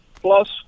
plus